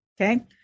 okay